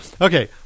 Okay